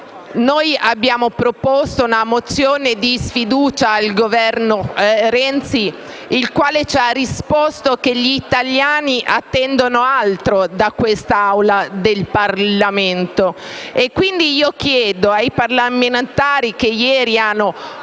abbiamo proposto una mozione di sfiducia al Governo Renzi, il quale ci ha risposto che gli italiani attendono altro da quest'Aula del Parlamento. Quindi chiedo ai parlamentari che ieri hanno